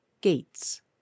Gates